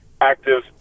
active